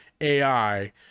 AI